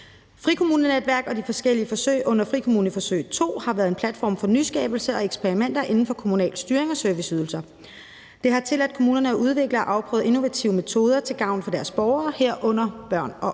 Frikommunenetværk og de forskellige forsøg under Frikommuneforsøg II har været en platform for nyskabelse og eksperimenter inden for kommunal styring af serviceydelser. Det har tilladt kommunerne at udvikle og afprøve innovative metoder til gavn for deres borgere, herunder børn og unge.